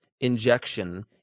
injection